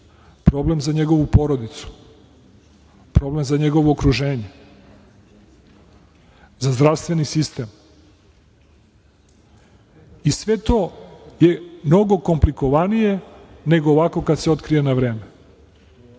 problem za njegovu porodicu, problem za njegovo okruženje, za zdravstveni sistem i sve to je mnogo komplikovanije nego ovako kad se otkrije na vreme.